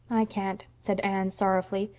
can't, said anne, sorrowfully.